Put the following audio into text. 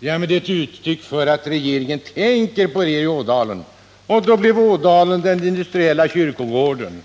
fick vi höra: Det är ett uttryck för att regeringen tänker på er i Ådalen. Och så blev Ådalen den industriella kyrkogården.